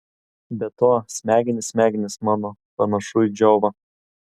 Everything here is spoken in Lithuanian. be to smegenys smegenys mano panašu į džiovą